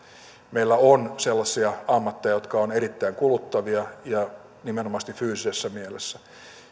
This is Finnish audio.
meillä on sellaisia ammatteja jotka ovat erittäin kuluttavia ja nimenomaisesti fyysisessä mielessä